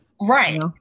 right